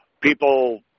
people